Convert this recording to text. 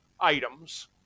items